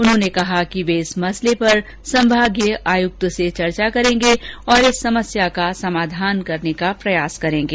उन्होंने कहा कि वे इस मसले पर संभागीय आयुक्त से चर्चा करेंगे और इस समस्या का समाधान करने का प्रयास करेंगे